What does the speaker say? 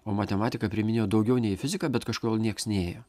o matematiką priiminėjo daugiau nei į fiziką bet kažkodėl nieks nėjo